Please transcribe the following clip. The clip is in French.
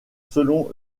selon